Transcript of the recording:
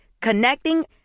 Connecting